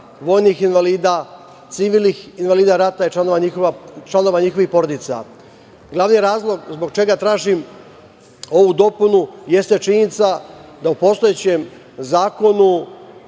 vojnih invalida, civilnih invalida rata i članova njihovih porodica. Glavni razlog zbog čega tražim ovu dopunu jeste činjenica da u postojećem zakonu